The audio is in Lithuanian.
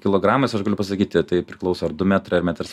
kilogramais aš galiu pasakyti tai priklauso ar du metrai ar metras